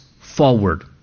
forward